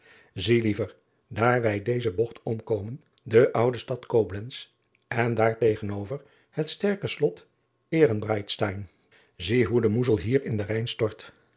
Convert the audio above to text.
ie liever daar wij deze bogt omkomen de oude stad oblentz en daartegenover het sterke lot hrenbreitstein zie hoe de oezel hier in den ijn stort